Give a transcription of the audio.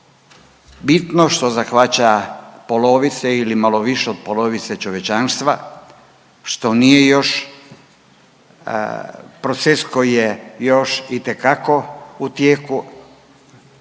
bitno, što zahvaća polovice ili malo više od polovice čovječanstva, što nije još proces koji je još itekako u tijeku